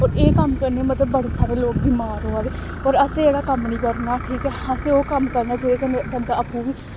होर एह् कम्म करने मतलब बड़े सारे लोक बमार होआ दे होर असें एह्दा कम्म निं करना ऐ ठीक ऐ असें ओह् कम्म करना जेह्दे कन्नै बंदा आपूं बी